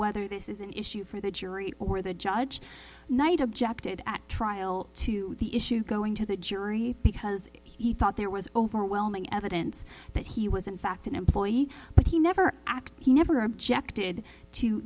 whether this is an issue for the jury or the judge knight objected at trial to the issue going to the jury because he thought there was overwhelming evidence that he was in fact an employee but he never act he never objected